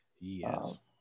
Yes